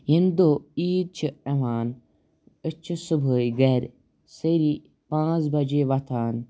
ییٚمہِ دۄہ عیٖد چھِ یِوان أسۍ چھِ صُبحٲے گَرِ سٲری پانٛژھ بَجے وۄتھان